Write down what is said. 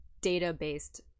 data-based